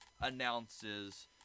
announces